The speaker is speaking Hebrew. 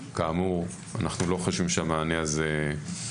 כאמור, אנחנו לא חושבים שהמענה הזה שלם.